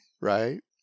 right